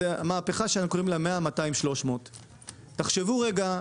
זו מהפכה שאנחנו קוראים לה "מהפכה 100 | 200 | 300". תחשבו רגע,